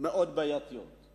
בעייתיות מאוד.